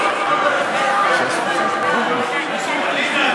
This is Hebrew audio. הוא מחפש קולות, הוא מחפש, לא תמצא,